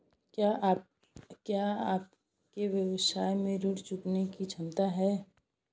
क्या आपके व्यवसाय में ऋण चुकाने की क्षमता है?